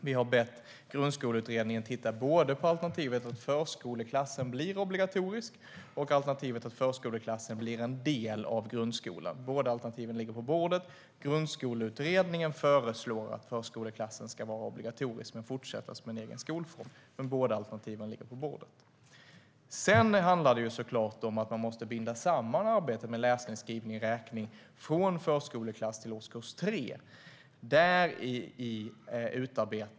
Vi har bett Grundskoleutredningen att titta på både alternativet att förskoleklassen blir obligatorisk och alternativet att förskoleklassen blir en del av grundskolan. Båda alternativen ligger på bordet. Grundskoleutredningen föreslår att förskoleklassen ska vara obligatorisk men fortsätta som en egen skolform. Men båda alternativen ligger på bordet. Sedan handlar det såklart om att man måste binda samman arbetet med läsning, skrivning och räkning från förskoleklass till årskurs 3.